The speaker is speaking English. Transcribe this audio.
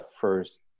first